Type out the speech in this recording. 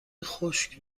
خشک